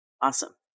Awesome